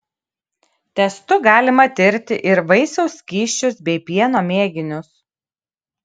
testu galima tirti ir vaisiaus skysčius bei pieno mėginius